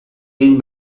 egin